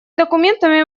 документами